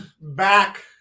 back